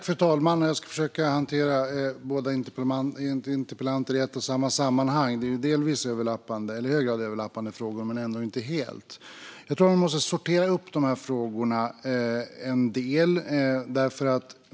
Fru talman! Jag ska försöka hantera båda interpellanterna i ett sammanhang. Det är i hög grad överlappande frågor men ändå inte helt. Jag tror att man måste sortera upp de här frågorna en del.